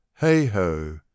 hey-ho